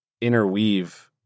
interweave